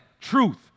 truth